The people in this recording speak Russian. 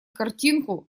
картинку